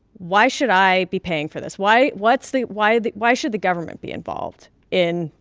why should i be paying for this? why what's the why the why should the government be involved in,